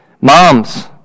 Moms